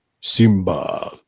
Simba